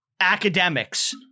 academics